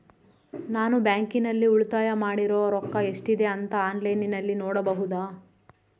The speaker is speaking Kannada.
ನಾನು ಬ್ಯಾಂಕಿನಲ್ಲಿ ಉಳಿತಾಯ ಮಾಡಿರೋ ರೊಕ್ಕ ಎಷ್ಟಿದೆ ಅಂತಾ ಆನ್ಲೈನಿನಲ್ಲಿ ನೋಡಬಹುದಾ?